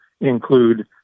include